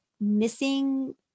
missing